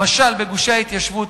למשל בגושי ההתיישבות,